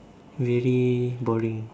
very boring